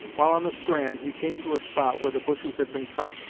while on the strand, he came to a spot where the bushes had been cut,